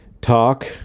talk